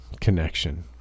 connection